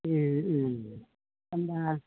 होमबा